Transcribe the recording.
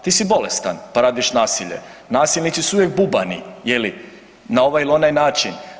Ti si bolestan pa radiš nasilje, nasilnici su uvijek bubani je li na ovaj ili onaj način.